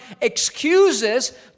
excuses